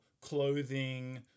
clothing